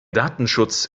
datenschutz